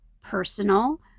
personal